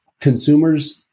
consumers